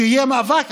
שיהיה מאבק,